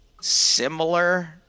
similar